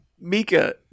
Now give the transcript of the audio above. Mika